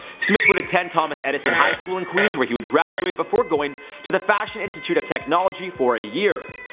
smith would attend thomas edison high school in queens, where he would graduate before going to the fashion institute of technology for a year.